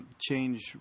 change